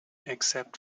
except